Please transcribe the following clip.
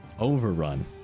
overrun